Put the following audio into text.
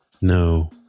No